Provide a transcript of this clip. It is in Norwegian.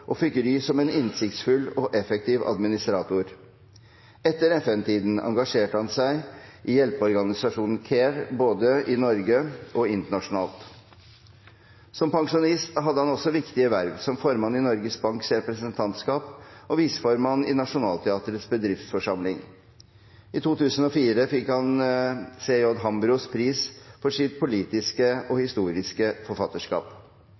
og fikk ry som en innsiktsfull og effektiv administrator. Etter FN-tiden engasjerte han seg i hjelpeorganisasjonen CARE både i Norge og internasjonalt. Som pensjonist hadde han også viktige verv som formann i Norges Banks representantskap og viseformann i Nationaltheatrets bedriftsforsamling. I 2004 fikk han C. J. Hambros pris for sitt politiske og historiske forfatterskap.